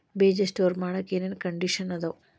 ಬೇಜ ಸ್ಟೋರ್ ಮಾಡಾಕ್ ಏನೇನ್ ಕಂಡಿಷನ್ ಅದಾವ?